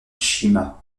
shima